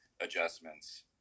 adjustments